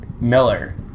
Miller